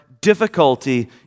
difficulty